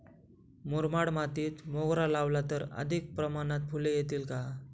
मुरमाड मातीत मोगरा लावला तर अधिक प्रमाणात फूले येतील का?